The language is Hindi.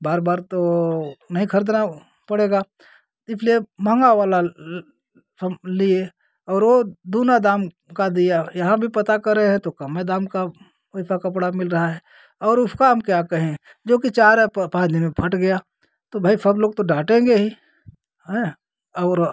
बार बार तो नहीं ख़रीदना पड़ेगा इसलिए महँगा वाला हम लिए और वह दूना दाम का दिया यहाँ भी पता करे हैं तो कम दाम का ऐसा कपड़ा मिल रहा है और उसका हम क्या कहें जोकि चार या पाँच दिन में फट गया तो भाई सब लोग तो डाँटेंगे ही और